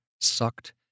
sucked